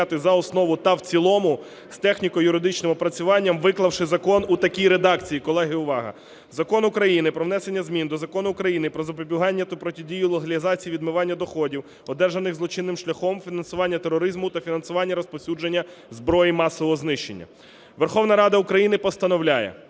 Верховна Рада України постановляє.